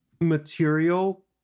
material